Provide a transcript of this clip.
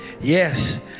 yes